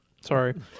Sorry